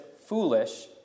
foolish